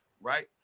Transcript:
right